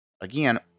Again